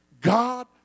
God